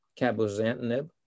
cabozantinib